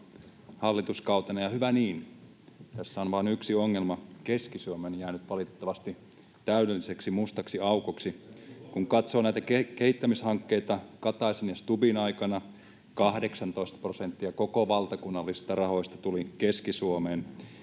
hallituskautena, ja hyvä niin. Tässä on vain yksi ongelma: Keski-Suomi on jäänyt valitettavasti täydelliseksi mustaksi aukoksi. Kun katsoo näitä kehittämishankkeita, niin Kataisen ja Stubbin aikana 18 prosenttia kaikista valtakunnallista rahoista tuli Keski-Suomeen,